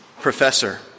professor